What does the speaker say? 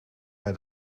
bij